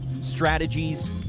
strategies